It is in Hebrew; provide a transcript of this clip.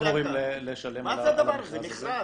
זה מכרז.